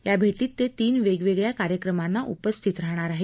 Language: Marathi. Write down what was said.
या भेटीत ते तीन वेगवेगळ्या कार्यक्रमांना उपस्थित राहणार आहेत